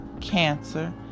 Cancer